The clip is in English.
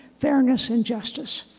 fairness and justice.